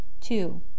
Two